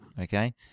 Okay